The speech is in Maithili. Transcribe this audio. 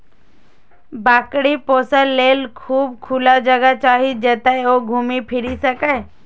बकरी पोसय लेल खूब खुला जगह चाही, जतय ओ घूमि फीरि सकय